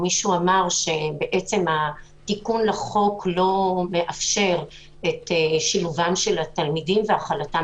מישהו אמר שהתיקון לחוק לא מאפשר את שילובם של התלמידים והכלתם